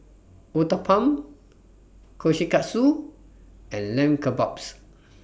Uthapam Kushikatsu and Lamb Kebabs